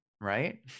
right